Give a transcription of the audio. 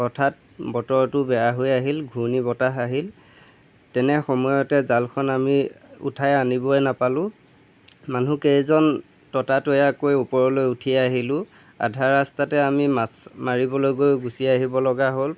হঠাত বতৰটো বেয়া হৈ আহিল ঘূৰ্ণী বতাহ আহিল তেনে সময়তে জালখন আমি উঠাই আনিবই নাপালো মানুহকেইজন ততাতয়াকৈ ওপৰলৈ উঠি আহিলো আধা ৰাস্তাতে আমি মাছ মাৰিবলৈ গৈ গুচি আহিবলগা হ'ল